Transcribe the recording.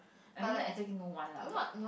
I mean like exactly no one lah but